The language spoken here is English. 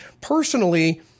personally